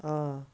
آ